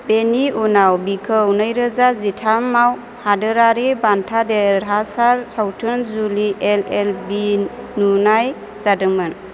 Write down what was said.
बेनि उनाव बिखौ नैरोजा जिथामआव हादोरारि बान्था देरहासार सावथुन जलि एलएलबि नुनाय जादोंमोन